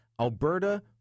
Alberta